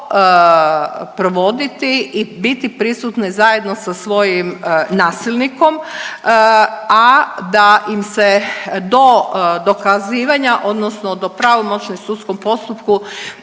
rad to provoditi i biti prisutne zajedno sa svojim nasilnikom, a da im se do dokazivanja, odnosno do pravomoćnom sudskom postupku